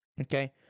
Okay